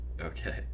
Okay